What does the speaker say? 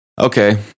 okay